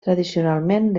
tradicionalment